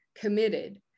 committed